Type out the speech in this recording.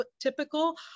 typical